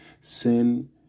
sin